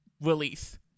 release